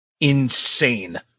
insane